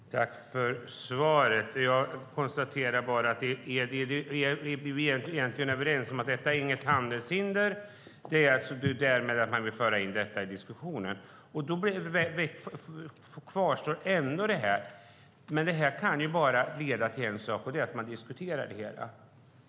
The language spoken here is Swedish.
Herr talman! Jag tackar för svaret och konstaterar att vi egentligen är överens: Detta är inget handelshinder. Det är därmed alltså att man vill föra in detta i diskussionen. Då kvarstår ändå att det bara kan leda till en sak, och det är att man diskuterar det hela.